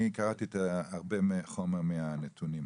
אני קראתי הרבה מהחומר מהנתונים,